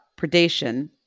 predation